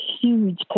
huge